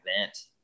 event